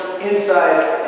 inside